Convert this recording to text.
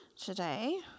today